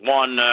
one